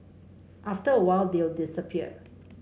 after a while they'll disappear